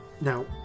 now